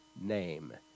name